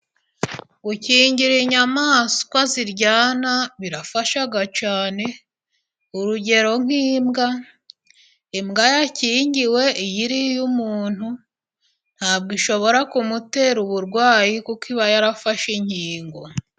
Gukingira inyamaswa ziryana birafasha cyane， urugero nk'imbwa，imbwa yakingiwe iyo iriye umuntu，ntabwo ishobora kumutera uburwayi，kuko iba yarafashe inkingo.